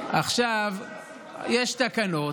יש תקנות,